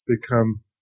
become